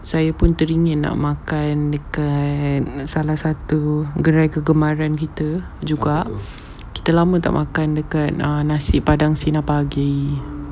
saya pun teringin nak makan yang dekat salah satu gerai kegemaran kita juga kita lama tak makan dekat err nasi padang sinar pagi